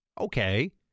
okay